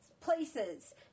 places